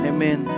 Amen